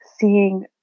seeing